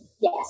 Yes